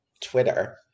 Twitter